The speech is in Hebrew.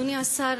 אדוני השר,